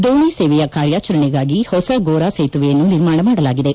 ದೋಣಿ ಸೇವೆಯ ಕಾರ್ಯಾಚರಣೆಗಾಗಿ ಹೊಸ ಗೋರಾ ಸೇತುವೆಯನ್ನು ನಿರ್ಮಾಣ ಮಾಡಲಾಗಿದೆ